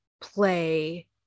play